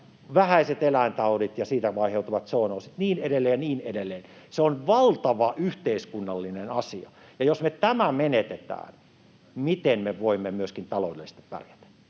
vähäiset eläintaudit ja siitä aiheutuvat zoonoosit ja niin edelleen ja niin edelleen. Se on valtava yhteiskunnallinen asia, ja jos me tämän menetämme, miten me voimme myöskään taloudellisesti pärjätä?